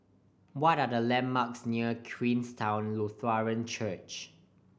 what are the landmarks near Queenstown Lutheran Church